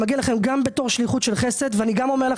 אני מגיע אליכם בתור שליחות של חסד ואני מצהיר בפניכם